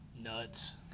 nuts